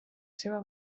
seva